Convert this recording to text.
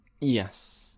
Yes